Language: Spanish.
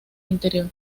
interior